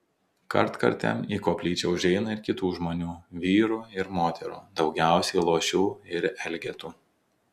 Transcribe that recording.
kartkartėm į koplyčią užeina ir kitų žmonių vyrų ir moterų daugiausiai luošių ir elgetų